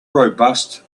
robust